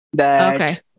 Okay